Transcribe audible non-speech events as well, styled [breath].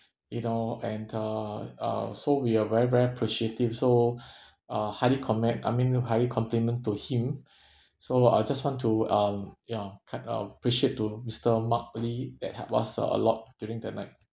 you know and uh uh so we are very very appreciative so [breath] uh highly commend I mean highly compliment to him [breath] so I just want to um ya kind um appreciate to mister mark lee that helped us uh a lot during that night